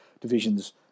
divisions